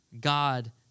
God